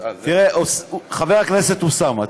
חבר הכנסת אוסאמה,